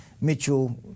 Mitchell